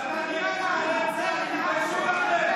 ממשלה נגד חיילי צה"ל,